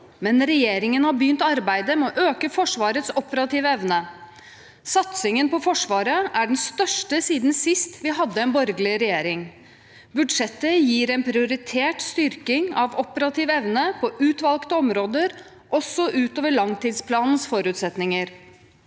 men regjeringen har begynt arbeidet med å øke Forsvarets operative evne. Satsingen på Forsvaret er den største siden sist vi hadde en borgerlig regjering. Budsjettet gir en prioritert styrking av operativ evne på utvalgte områder, også utover langtidsplanens forutsetninger.